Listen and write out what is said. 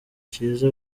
cyiza